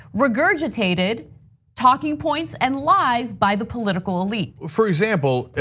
regurgitated talking points and lies by the political elite. for example,